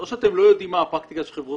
או שאתם לא יודעים מה הפרקטיקה של חברות